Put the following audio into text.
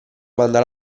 banda